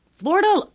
Florida